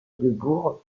bourg